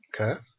okay